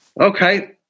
Okay